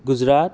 Gujarat